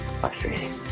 frustrating